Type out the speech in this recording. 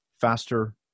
faster